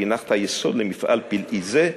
שהנחת יסוד למפעל פלאי זה,